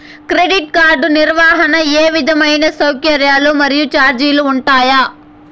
Credit card నిర్వహణకు ఏ విధమైన సౌకర్యాలు మరియు చార్జీలు ఉంటాయా?